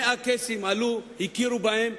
100 קייסים עלו, הכירו בהם,